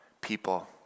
people